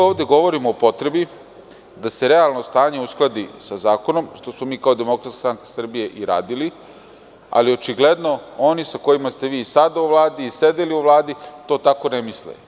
Ovde govorimo o potrebi da se realno stanje uskladi sa zakonom, što smo mi kao DSS i radili, ali očigledno oni sa kojima ste vi sada u Vladi i sedeli u Vladi, to tako ne misle.